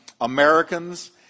Americans